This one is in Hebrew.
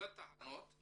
בתחנות היא